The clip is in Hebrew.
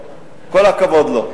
כל הכבוד לו.